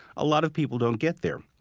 a lot of people don't get there.